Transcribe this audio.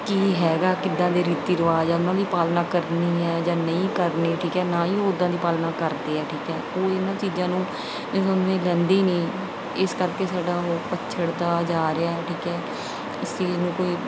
ਕੀ ਹੈਗਾ ਕਿੱਦਾਂ ਦੇ ਰੀਤੀ ਰਿਵਾਜ ਆ ਉਹਨਾਂ ਦੀ ਪਾਲਣਾ ਕਰਨੀ ਹੈ ਜਾਂ ਨਹੀਂ ਕਰਨੀ ਠੀਕ ਹੈ ਨਾ ਹੀ ਉਹ ਉਦਾਂ ਦੀ ਪਾਲਣਾ ਕਰਦੇ ਆ ਠੀਕ ਹੈ ਉਹ ਇਹਨਾਂ ਚੀਜ਼ਾਂ ਨੂੰ ਮੀਨਜ਼ ਉਹਨੂੰ ਇਹ ਲੈਂਦੇ ਹੀ ਨਹੀਂ ਇਸ ਕਰਕੇ ਸਾਡਾ ਉਹ ਪੱਛੜਦਾ ਜਾ ਰਿਹਾ ਠੀਕ ਹੈ ਅਸੀਂ ਇਹਨੂੰ ਕੋਈ